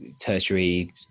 tertiary